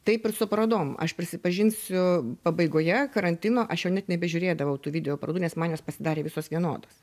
taip ir su parodom aš prisipažinsiu pabaigoje karantino aš jau net nebežiūrėdavau tų video parodų nes man jos pasidarė visos vienodos